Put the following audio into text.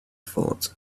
thought